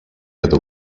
other